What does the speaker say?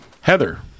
Heather